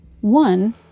one